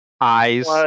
eyes